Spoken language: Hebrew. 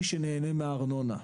מי שנהנה מן הארנונה,